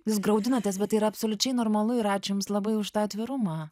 jūs graudinatės bet tai yra absoliučiai normalu ir ačiū jums labai už tą atvirumą